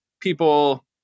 people